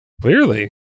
Clearly